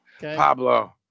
Pablo